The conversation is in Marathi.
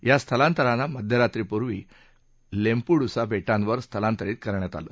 या स्थलांतराना मध्यरात्रीपूर्वी लेम्पुडुसा बेटांवर स्थलांतरित करण्यात आलं